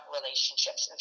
relationships